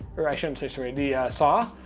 or i shouldn't say serrated, the saw,